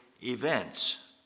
events